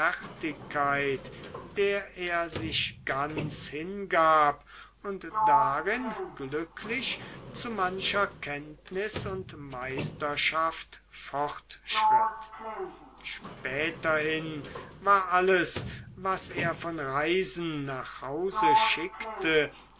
der er sich ganz hingab und darin glücklich zu mancher kenntnis und meisterschaft fortschritt späterhin war alles was er von reisen nach hause schickte